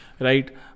right